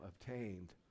obtained